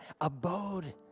abode